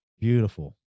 Beautiful